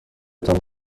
تان